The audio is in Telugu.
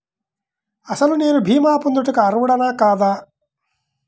అసలు నేను భీమా పొందుటకు అర్హుడన కాదా?